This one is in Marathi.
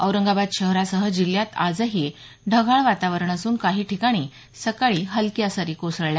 औरंगाबाद शहरासह जिल्ह्यात आजही ढगाळ वातावरण असून काही ठिकाणी सकाळी हलक्या सरी कोसळल्या